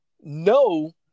no